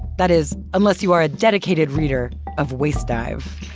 that is, unless you are a dedicated reader of wastedive.